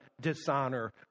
dishonor